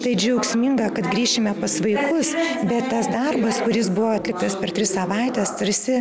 tai džiaugsminga kad grįšime pas vaikus bet tas darbas kuris buvo atliktas per tris savaites tarsi